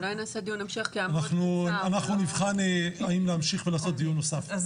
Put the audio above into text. אולי נעשה דיון המשך --- אנחנו נבחן האם להמשיך ולעשות דיון נוסף.